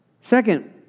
Second